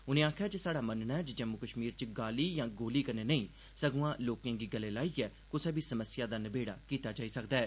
उनें आक्खेआ जे साड़ा मनना ऐ जे जम्मू कश्मीर च गाली या गोली कन्ने नेई सगुआ लोकें गी गले लाइये गै कोई बी समस्या दा नबेड़ा कीता जाई सकदा ऐ